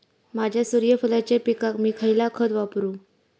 माझ्या सूर्यफुलाच्या पिकाक मी खयला खत वापरू?